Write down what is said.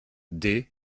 des